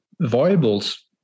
variables